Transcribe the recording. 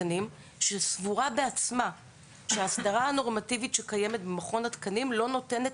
שסבורה בעצמה שההסדרה הנורמטיבית שקיימת במכון התקנים לא נותנת